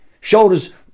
shoulders